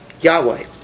Yahweh